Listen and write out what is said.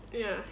ya